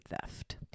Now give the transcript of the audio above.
theft